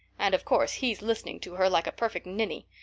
and of course he's listening to her like a perfect ninny.